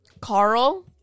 Carl